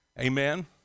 amen